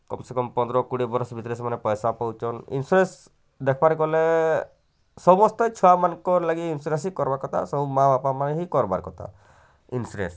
କମ୍ ସେ କମ୍ ପନ୍ଦର କୋଡ଼ିଏ ବର୍ଷ ଭିତରେ ସେମାନେ ପଇସା ପାଉଛନ୍ ଇନସ୍ୟୁରାନ୍ସ ଦେଖ୍ବାର ଗଲେ ସମସ୍ତଙ୍କର ଛୁଆମାନଙ୍କର୍ ଲାଗି ଇନସ୍ୟୁରାନ୍ସ କରବା କଥା ସବୁ ମା ବାପାମାନେ ହିଁ କରବା୍ କଥା ଇନସ୍ୟୁରାନ୍ସ